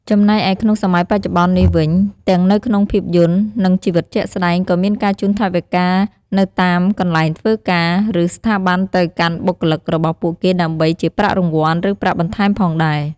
ចំំណែកឯក្នុងសម័យបច្ចុប្បន្ននេះវិញ ទាំងនៅក្នុងភាពយន្ត និងជីវិតជាក់ស្ដែង ក៏មានការជូនថវិកានៅតាមកន្លែងធ្វើការ ឬ ស្ថាប័នទៅកាន់បុគ្គលិករបស់ពួកគេដើម្បីជាប្រាក់រង្វាន់ ឬប្រាក់បន្ថែមផងដែរ។